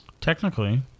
Technically